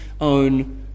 own